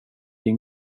din